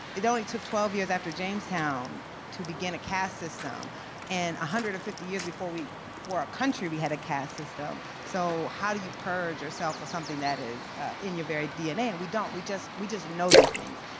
it only took twelve years after jamestown to begin a caste system and one hundred and fifty years before we were a country we had a caste system. so how do you purge yourself of something that is in your very dna? and we don't, we just we just know these things.